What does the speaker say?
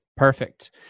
Perfect